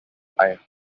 are